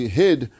hid